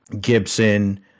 Gibson